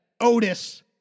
Otis